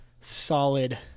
solid